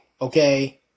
Okay